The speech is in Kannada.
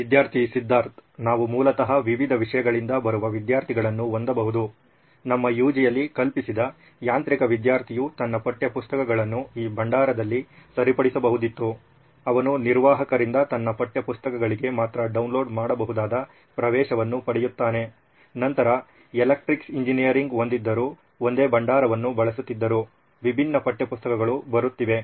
ವಿದ್ಯಾರ್ಥಿ ಸಿದ್ಧಾರ್ಥ್ ನಾವು ಮೂಲತಃ ವಿವಿಧ ವಿಷಯಗಳಿಂದ ಬರುವ ವಿದ್ಯಾರ್ಥಿಗಳನ್ನು ಹೊಂದಬಹುದು ನಮ್ಮ ಯುಜಿಯಲ್ಲಿ ಕಲ್ಪಿಸಿದ ಯಾಂತ್ರಿಕ ವಿದ್ಯಾರ್ಥಿಯು ತನ್ನ ಪಠ್ಯಪುಸ್ತಕಗಳನ್ನು ಈ ಭಂಡಾರದಲ್ಲಿ ಸರಿಪಡಿಸಬಹುದಿತ್ತು ಅವನು ನಿರ್ವಾಹಕರಿಂದ ತನ್ನ ಪಠ್ಯಪುಸ್ತಕಗಳಿಗೆ ಮಾತ್ರ ಡೌನ್ಲೋಡ್ ಮಾಡಬಹುದಾದ ಪ್ರವೇಶವನ್ನು ಪಡೆಯುತ್ತಾನೆ ನಂತರ ಎಲೆಕ್ಟ್ರಾನಿಕ್ಸ್ ಎಂಜಿನಿಯರ್ ಹೊಂದಿದ್ದರು ಒಂದೇ ಭಂಡಾರವನ್ನು ಬಳಸುತ್ತಿದ್ದರು ವಿಭಿನ್ನ ಪಠ್ಯ ಪುಸ್ತಕಗಳು ಬರುತ್ತಿವೆ